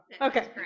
Okay